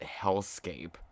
hellscape